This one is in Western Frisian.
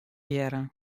hearre